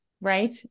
Right